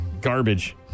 garbage